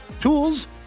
tools